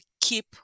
keep